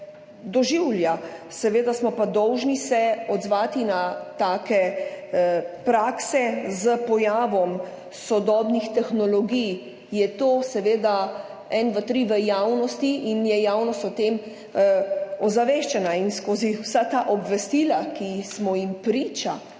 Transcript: doživlja. Seveda smo pa dolžni odzvati se na take prakse. S pojavom sodobnih tehnologij je to en, dva, tri v javnosti in je javnost o tem obveščena in vsa ta obvestila, ki smo jim priča